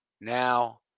Now